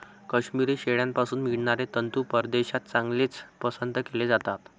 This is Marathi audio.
काश्मिरी शेळ्यांपासून मिळणारे तंतू परदेशात चांगलेच पसंत केले जातात